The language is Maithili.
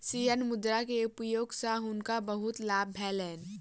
शेयर मुद्रा के उपयोग सॅ हुनका बहुत लाभ भेलैन